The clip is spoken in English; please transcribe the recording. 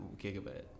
gigabit